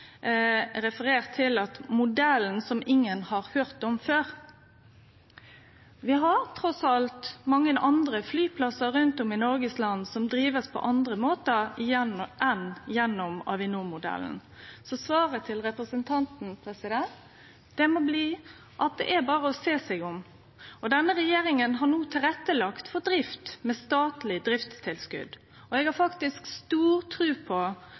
referert til modellen som ingen har høyrt om før. Vi har trass i alt mange andre flyplasser rundt om i Noregs land som blir drivne på andre måtar enn gjennom Avinor-modellen. Så svaret til representanten må bli at det er berre å sjå seg om. Denne regjeringa har no tilrettelagt for drift med statleg driftstilskot. Eg har faktisk stor tru på